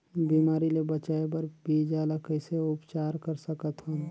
बिमारी ले बचाय बर बीजा ल कइसे उपचार कर सकत हन?